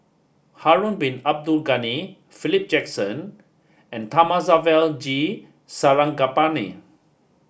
Harun Bin Abdul Ghani Philip Jackson and Thamizhavel G Sarangapani